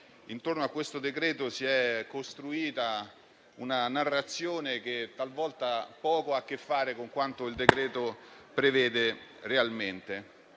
intorno a questo provvedimento si è costruita una narrazione che talvolta poco ha a che fare con quanto esso prevede realmente.